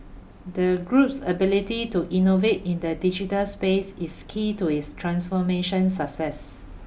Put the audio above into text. the group's ability to innovate in the digital space is key to its transformation success